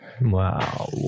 Wow